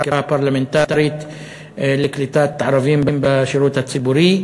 הפרלמנטרית לקליטת ערבים בשירות הציבורי.